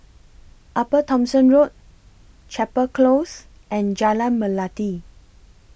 Upper Thomson Road Chapel Close and Jalan Melati